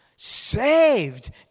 saved